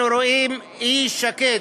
אנחנו רואים אי של שקט.